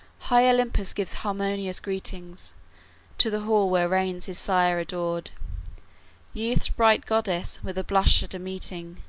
high olympus gives harmonious greeting to the hall where reigns his sire adored youth's bright goddess, with a blush at meeting,